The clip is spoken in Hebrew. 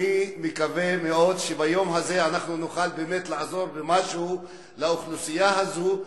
אני מקווה מאוד שביום הזה אנחנו נוכל לעזור במשהו לאוכלוסייה הזו,